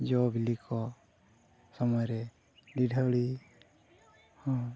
ᱡᱚᱼᱵᱤᱞᱤ ᱠᱚ ᱥᱚᱢᱚᱭ ᱨᱮ ᱰᱤᱰᱷᱟᱹᱣᱲᱤ ᱦᱚᱸ